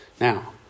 Now